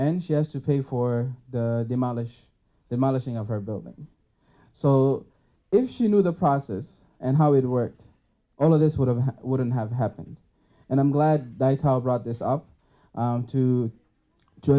and she has to pay for the demolish demolishing of her building so if she knew the process and how it worked all of this would have wouldn't have happened and i'm glad that i called brought this up to to